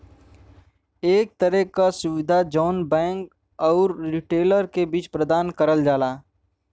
एक तरे क सुविधा जौन बैंक आउर रिटेलर क बीच में प्रदान करल जाला